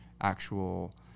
actual